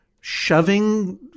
shoving